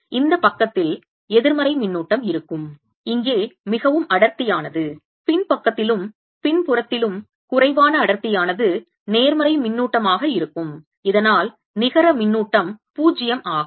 இப்போது இந்த பக்கத்தில் எதிர்மறை மின்னூட்டம் இருக்கும் இங்கே மிகவும் அடர்த்தியானது பின்பக்கத்திலும் பின்புறத்திலும் குறைவான அடர்த்தியானது நேர்மறை மின்னூட்டமாக இருக்கும் இதனால் நிகர மின்னூட்டம் 0 ஆகும்